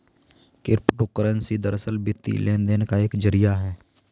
crypto currency दरअसल, वित्तीय लेन देन का एक जरिया है